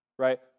right